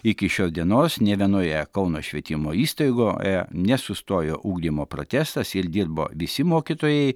iki šios dienos nė vienoje kauno švietimo įstaigoje nesustojo ugdymo protestas ir dirbo visi mokytojai